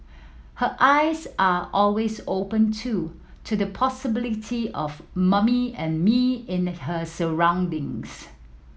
her eyes are always open too to the possibility of mummy and me in her surroundings